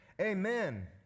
Amen